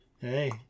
hey